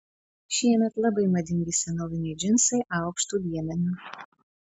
šiemet labai madingi senoviniai džinsai aukštu liemeniu